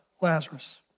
Lazarus